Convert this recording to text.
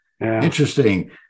Interesting